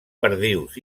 perdius